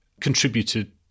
contributed